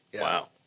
Wow